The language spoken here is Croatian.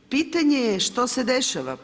Pitanje je što se dešava?